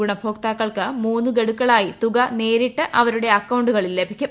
ഗുണഭോക്താക്കൾക്ക് മൂന്ന് ഗഡുക്കളായി തുക നേരിട്ട് അവരുടെ അക്കൌണ്ടുകളിൽ ലഭിക്കും